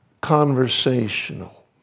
Conversational